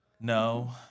No